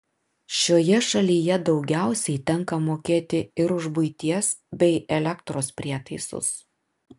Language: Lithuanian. šioje šalyje daugiausiai tenka mokėti ir už buities bei elektros prietaisus